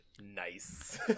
Nice